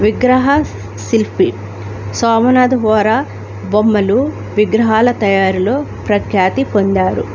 విగ్రహ శిల్ఫి సోమనాథ హోరే బొమ్మలు విగ్రహాల తయారులో ప్రఖ్యాతి పొందారు